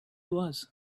was